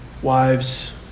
Wives